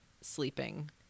sleeping